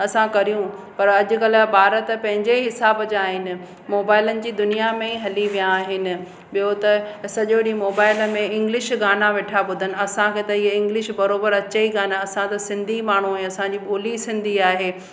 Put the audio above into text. असां करूं पर अॼुकल्ह ॿार त पंहिंजे हिसाब जा आहिनि मोबाइलनि जी दुनिया में हली विया आहिनि ॿियों त सॼो ॾींहुं मोबाइल में इंग्लिश गाना वेठा ॿुधंदा आहिनि असांखे त ये इंग्लिश बराबरि अची ही कोन असां त सिंधी माण्हू आहियूं असांजी ॿोली सिंधी आहे